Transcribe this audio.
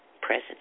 present